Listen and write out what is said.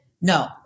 No